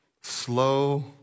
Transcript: slow